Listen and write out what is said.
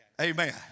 amen